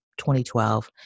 2012